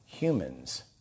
Humans